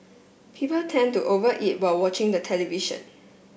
people tend to over eat while watching the television